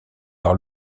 leur